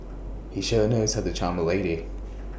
he sure knows how to charm A lady